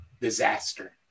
disaster